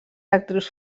actrius